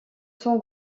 son